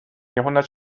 jahrhundert